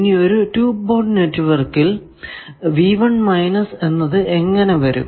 ഇനി ഒരു 2 പോർട്ട് നെറ്റ്വർക്കിൽ എന്നത് എങ്ങനെ വരും